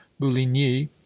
bouligny